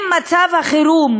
אם מצב החירום,